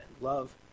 love